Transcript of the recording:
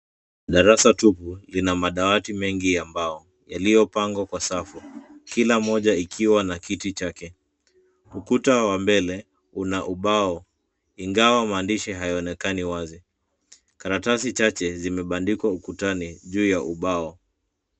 Darasa tupu, lina madawati mengi ya mbao yaliyopangwa kwa safu, kila moja ikiwa na kiti chake. Ukuta wa mbele una ubao, ingawa maandishi hayaonekani wazi. Karatasi chache zimebandikwa ukutani juu ya ubao.